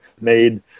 made